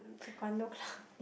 taekwondo club